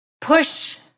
push